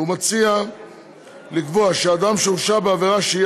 ומציע לקבוע שאדם שהורשע בעבירה שהיא